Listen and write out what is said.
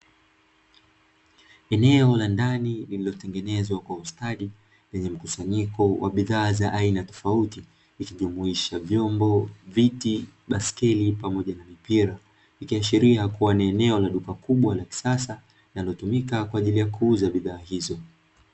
Eneo la ndani lililotengenezwa kwa ustadi lenye mkusanyiko wa bidhaa aina tofauti ikijumuisha vyombo, viti, baiskeli pamoja na mipira ikiashiria kuwa ni eneo la duka kubwa la kisasa linalotumika kwa ajili ya kuuza bidhaa hizo.